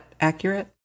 accurate